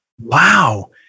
wow